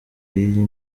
y’iyi